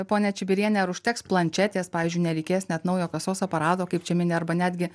ponia čibiriene ar užteks planšetės pavyzdžiui nereikės net naujo kasos aparato kaip čia mini arba netgi